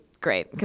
great